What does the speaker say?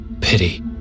Pity